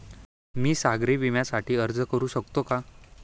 मी सागरी विम्यासाठी अर्ज करू शकते का?